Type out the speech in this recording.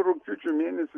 rugpjūčio mėnesį